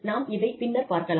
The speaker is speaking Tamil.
நாம் இதைப் பின்னர் பார்க்கலாம்